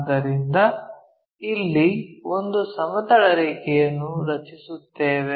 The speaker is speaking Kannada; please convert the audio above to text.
ಆದ್ದರಿಂದ ಇಲ್ಲಿ ಒಂದು ಸಮತಲ ರೇಖೆಯನ್ನು ರಚಿಸುತ್ತೇವೆ